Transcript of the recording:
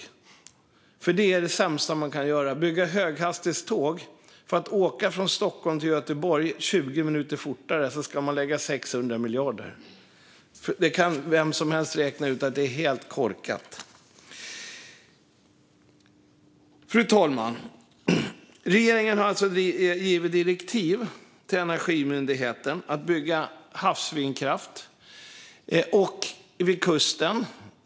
Det är nämligen det sämsta man kan göra. Man ska lägga 600 miljarder på att bygga höghastighetståg för att det ska gå 20 minuter fortare att åka från Stockholm till Göteborg. Vem som helst kan räkna ut att det är helt korkat. Fru talman! Regeringen har alltså gett direktiv till Energimyndigheten att bygga havsvindkraft vid kusten.